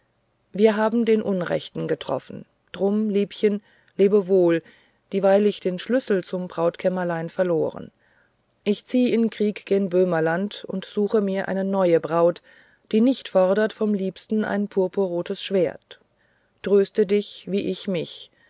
wir haben den unrechten getroffen drum liebchen lebe wohl dieweil ich den schlüssel zum brautkämmerlein verloren ich zieh in krieg gen böhmenland und suche mir eine neue braut die nicht fordert vom liebsten ein purpurrotes schwert tröste dich wie ich mich